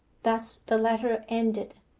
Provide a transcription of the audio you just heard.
thus the letter ended.